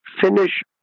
finish